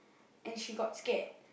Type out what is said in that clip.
and she got scared